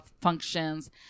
functions